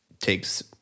takes